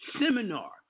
seminar